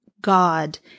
God